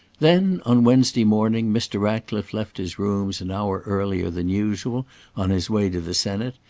then on wednesday morning, mr. ratcliffe left his rooms an hour earlier than usual on his way to the senate,